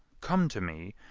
come to me,